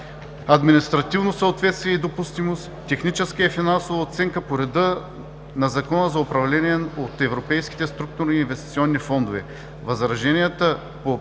административно съответствие и допустимост, техническа и финансова оценка по реда на Закона за управление на европейските структурни и инвестиционни фондове.